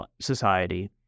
society